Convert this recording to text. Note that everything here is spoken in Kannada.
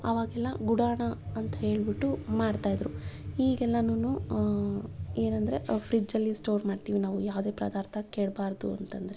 ಆವಾಗೆಲ್ಲ ಗುಡಾಣ ಅಂತ ಹೇಳ್ಬಿಟ್ಟು ಮಾಡ್ತಾ ಇದ್ದರು ಈಗೆಲ್ಲಾನು ಏನಂದರೆ ಫ್ರಿಡ್ಜಲ್ಲಿ ಸ್ಟೋರ್ ಮಾಡ್ತೀವಿ ನಾವು ಯಾವುದೇ ಪದಾರ್ಥ ಕೆಡಬಾರ್ದು ಅಂತಂದರೆ